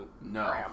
No